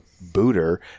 booter